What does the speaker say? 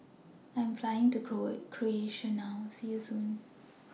I Am Flying to Croatia now See YOU Soon